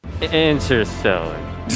interstellar